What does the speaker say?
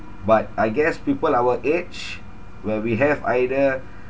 but I guess people our age where we have either